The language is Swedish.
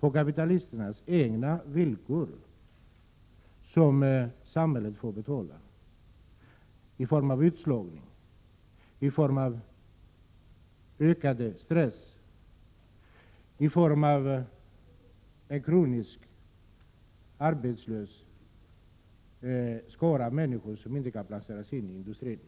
på kapitalisternas egna villkor. Det är samhället som får betala i form av utslagning, i form av ökad stress och i form av en kroniskt arbetslös skara av människor som inte kan placeras i industrin.